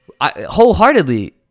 wholeheartedly